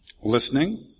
listening